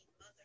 Mother